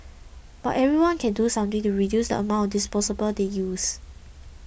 but everyone can do something to reduce the amount disposables they use